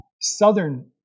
Southern